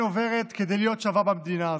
עוברת כדי להיות שווה במדינה הזאת.